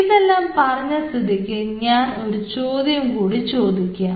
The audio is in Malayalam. ഇതെല്ലാം പറഞ്ഞ സ്ഥിതിക്ക് ഞാൻ ഒരു ചോദ്യം കൂടി ചോദിക്കാം